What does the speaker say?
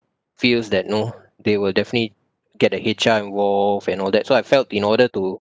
feels that you know they will definitely get a H_R involved and all that so I felt in order to